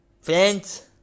friends